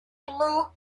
blue